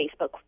Facebook